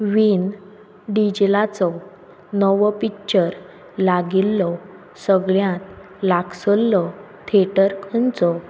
व्हीन डिजलाचो नवो पिक्चर लागिल्लो सगळ्यांत लागसल्लो थिएटर खंयचो